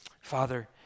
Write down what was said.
Father